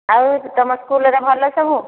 ଆଉ ତୁମ ସ୍କୁଲ୍ରେ ଭଲ ସବୁ